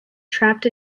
trapped